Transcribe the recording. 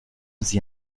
sie